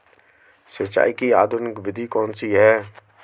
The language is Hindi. सिंचाई की आधुनिक विधि कौनसी हैं?